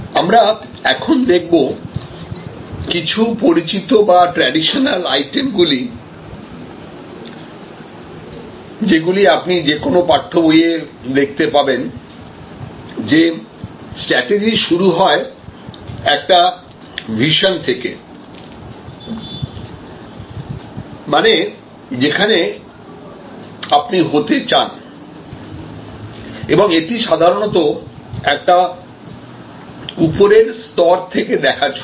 আমরা এখন দেখব কিছু পরিচিত বা ট্রেডিশনাল আইটেম যেগুলি আপনি যেকোনও পাঠ্য বইয়ে দেখতে পাবেন যে স্ট্র্যাটেজি শুরু হয় একটা ভিসন থেকে মানে যেখানে আপনি হতে চান এবং এটা সাধারণত একটি উপরের স্তর থেকে দেখা ছবি